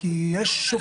כי יש שופט.